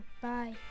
Bye